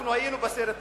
היינו בסרט הזה.